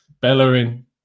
Bellerin